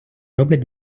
роблять